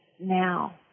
now